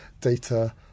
data